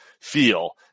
Feel